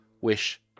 wish